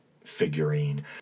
figurine